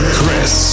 Chris